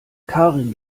karin